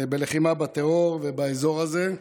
בלחימה בטרור ובאזור הזה.